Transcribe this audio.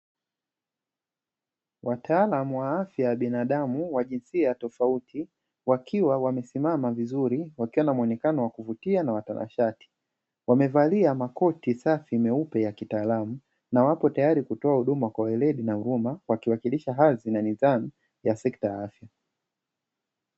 Wataalamu wa afya ya binadamu wa jinsia tofauti wakiwa wamesimama vizuri wakiwa na muonekano wa kuvutia na watanashati wamevalia makoti safi meupe ya kitaalamu na wapo tayari kutoa huduma kwa uweredi na huruma wakiwakilisha hadhi na nidhamu ya sekta ya afya.